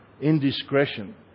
indiscretion